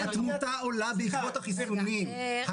התמותה עולה בעקבות החיסונים.